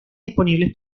disponibles